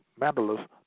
mandalas